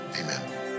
amen